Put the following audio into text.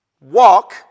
Walk